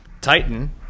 titan